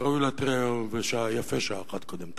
וראוי ויפה שעה אחת קודם.